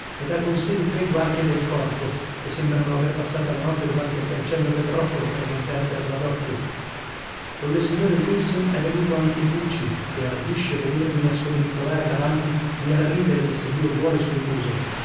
ed ha con sè le tre guardie del corpo che sembrano aver passata la notte davanti al cancello del roccolo per non perderla d'occhio colle signore wilson è venuto anche buci che ardisce venirmi a scodinzolare davanti e a ridermi se dio vuole sul muso